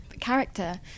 character